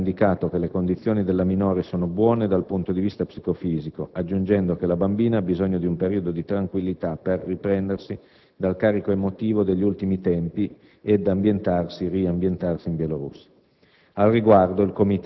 In particolare, hanno indicato che le condizioni della minore sono buone dal punto di vista psico-fisico, aggiungendo che la bambina ha bisogno di un periodo di tranquillità per riprendersi dal carico emotivo degli ultimi tempi e riambientarsi in Bielorussia.